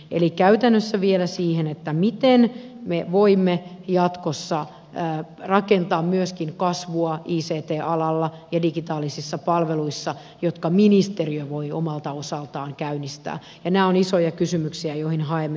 eli käytännössä vielä siihen että miten me voimme jatkossa rakentaa myöskin kasvua visiittiä alalla ja digitaalisissa palveluissa jotka ministeriö voi omalta osaltaan käynnistää enää on isoja kysymyksiä joihin haemme